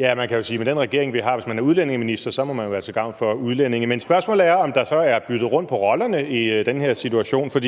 har, kan man jo sige, at hvis man er udlændingeminister, må man være til gavn for udlændinge. Men spørgsmålet er, om der så er byttet rundt på rollerne i den her situation. For